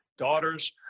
Daughters